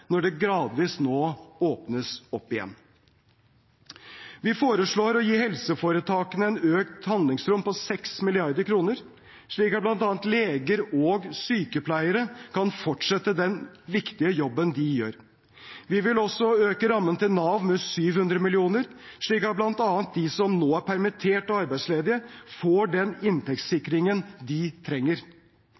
når det gradvis nå åpnes opp igjen. Vi foreslår å gi helseforetakene et økt handlingsrom på 6 mrd. kr, slik at bl.a. leger og sykepleiere kan fortsette den viktige jobben de gjør. Vi vil også øke rammene til Nav med 700 mill. kr, slik at bl.a. de som nå er permittert og arbeidsledige, får den inntektssikringen de trenger.